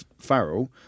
Farrell